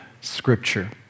Scripture